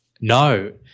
No